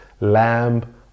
Lamb